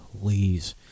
please